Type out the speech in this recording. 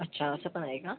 अच्छा असं पण आहे का